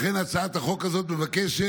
לכן הצעת החוק הזאת מבקשת